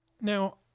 Now